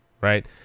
right